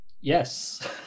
Yes